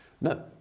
No